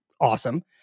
awesome